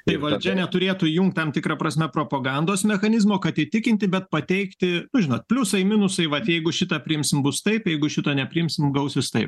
tai valdžia neturėtų įjungti tam tikra prasme propagandos mechanizmo kad įtikinti bet pateikti nu žinot pliusai minusai vat jeigu šitą priimsim bus taip jeigu šito nepriimsim gausis taip